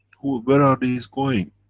where are these going?